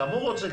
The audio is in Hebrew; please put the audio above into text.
גם הוא רוצה,